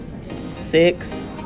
six